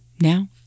Now